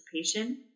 participation